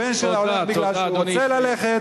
הבן שלה הולך מפני שהוא רוצה ללכת,